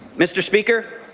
mr. speaker,